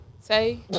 Say